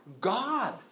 God